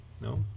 No